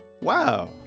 Wow